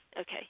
Okay